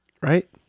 right